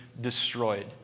destroyed